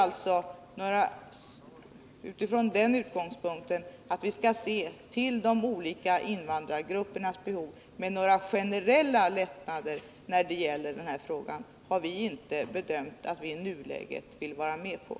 Vår utgångspunkt har varit att vi skall se till de olika invandrargruppernas behov. Några generella lättnader har vi däremot inte ansett att vi bör gå med på i nuläget.